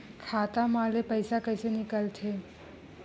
खाता मा ले पईसा कइसे निकल थे?